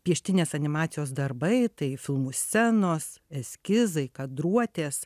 pieštinės animacijos darbai tai filmų scenos eskizai kadruotės